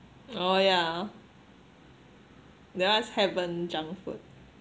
oh yeah that one is heaven junk food